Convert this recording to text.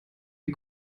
die